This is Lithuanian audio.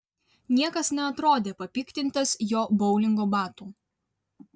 niekas neatrodė papiktintas jo boulingo batų